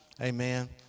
amen